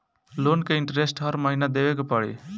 Loan के interest हर महीना देवे के पड़ी?